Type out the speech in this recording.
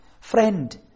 Friend